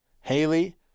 Haley